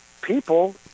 people